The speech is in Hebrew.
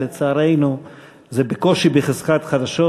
לצערנו זה בקושי בחזקת חדשות,